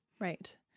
Right